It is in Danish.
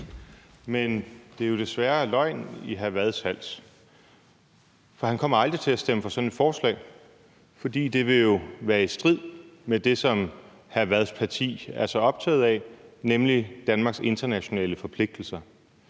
Men det er jo desværre løgn i hr. Frederik Vads hals, for han kommer aldrig til at stemme for sådan et forslag. For det vil jo være i strid med det, som hr. Frederik Vads parti er så optaget af, nemlig Danmarks internationale forpligtelser.